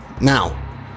now